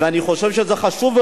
ואני חושב שזה חשוב,